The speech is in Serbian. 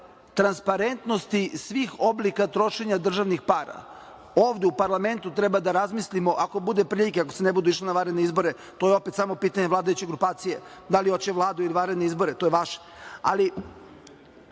transparentnosti svih oblika trošenja državnih para. Ovde u parlamentu treba da razmislimo, ako bude prilike, ako se ne bude išlo na vanredne izbore, to je opet samo pitanje vladajuće grupacije da li hoće Vladu ili vanredne izbore, to je vaše, ali